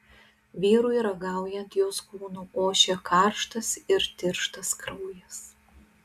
vyrui ragaujant jos kūnu ošė karštas ir tirštas kraujas